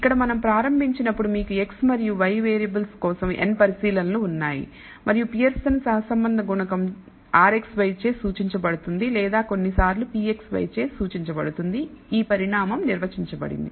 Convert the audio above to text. ఇక్కడ మనం ప్రారంభించినప్పుడు మీకు x మరియు y వేరియబుల్స్ కోసం n పరిశీలనలు ఉన్నాయి మరియు పియర్సన్ సహసంబంధ గుణకం rxy చే సూచించబడుతుంది లేదా కొన్నిసార్లు ρxy చే సూచించబడుతుంది ఈ పరిమాణం నిర్వచించబడింది